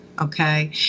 Okay